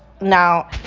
now